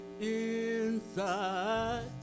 inside